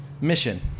mission